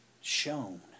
shown